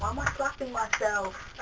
um i slapping myself?